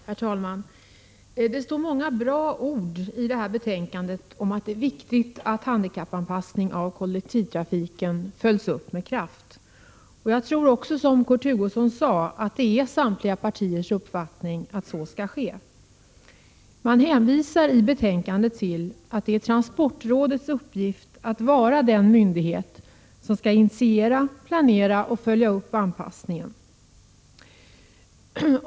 Herr talman! Det står många bra ord i betänkandet om att det är viktigt att handikappanpassningen av kollektivtrafiken följs upp med kraft. Jag tror också att det är som Kurt Hugosson sade, nämligen att detta är samtliga partiers uppfattning. Man hänvisar i betänkandet till att det är transportrådets uppgift att vara den myndighet som skall initiera, planera och följa upp anpassningen.